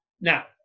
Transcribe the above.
Now